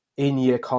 in-year